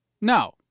No